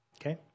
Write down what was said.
okay